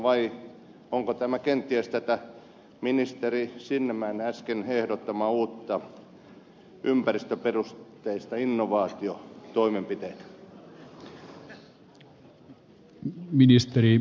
vai onko tämä kenties näitä ministeri sinnemäen äsken ehdottamia uusia ympäristöperusteisia innovaatiotoimenpiteitä